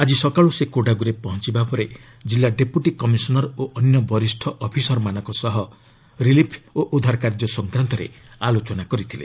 ଆଜି ସକାଳୁ ସେ କୋଡାଗୁରେ ପହଞ୍ଚବା ପରେ କିଲ୍ଲା ଡେପୁଟି କମିଶନର ଓ ଅନ୍ୟ ବରିଷ୍ଠ ଅଫିସରମାନଙ୍କ ସହ ରିଲିଫ୍ ଓ ଉଦ୍ଧାର କାର୍ଯ୍ୟ ସଂକ୍ରାନ୍ତରେ ଆଲୋଚନା କରିଥିଲେ